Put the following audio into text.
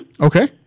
Okay